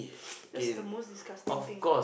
that's the most disgusting thing